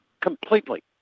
completely